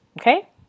okay